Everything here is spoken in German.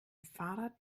fahrrad